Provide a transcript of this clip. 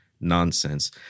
nonsense